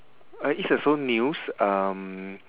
uh it's also news um